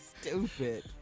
Stupid